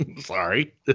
Sorry